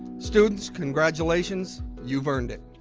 students, congratulations. you've earned it.